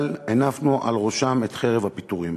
אבל הנפנו על ראשם את חרב הפיטורים.